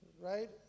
right